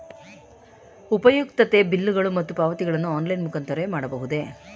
ಉಪಯುಕ್ತತೆ ಬಿಲ್ಲುಗಳು ಮತ್ತು ಪಾವತಿಗಳನ್ನು ಆನ್ಲೈನ್ ಮುಖಾಂತರವೇ ಮಾಡಬಹುದೇ?